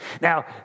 Now